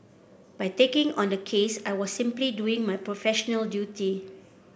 by taking on the case I was simply doing my professional duty